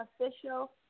official